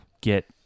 get